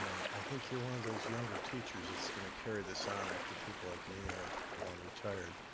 i think you're one of those younger teachers that's gonna carry this on after people like me are long retired.